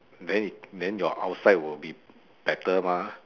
then then your outside will be better mah